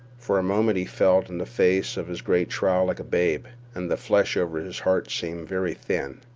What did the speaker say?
for a moment he felt in the face of his great trial like a babe, and the flesh over his heart seemed very thin.